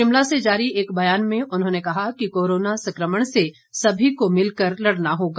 शिमला से जारी एक ब्यान में उन्होंने कहा कि कोरोना संक्रमण से सभी को मिलकर लड़ना होगा